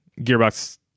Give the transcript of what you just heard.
Gearbox